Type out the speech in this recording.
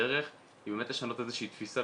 הדרך היא באמת לשנות איזה שהיא תפיסה,